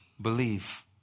believe